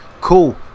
Cool